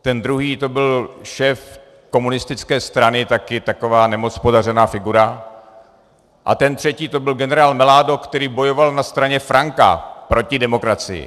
Ten druhý, to byl šéf komunistické strany, taky taková ne moc podařená figura, a ten třetí, to byl generál Mellado, který bojoval na straně Franca proti demokracii.